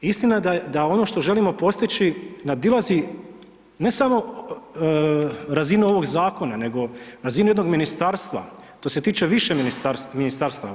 Istina da ono što želimo postići, nadilazi ne samo razinu ovog zakona nego razinu jednog ministarstva, to se tiče više ministarstava.